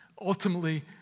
Ultimately